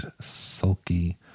sulky